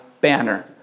banner